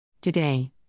Today